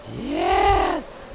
Yes